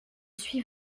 suis